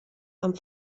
amb